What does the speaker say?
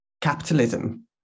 capitalism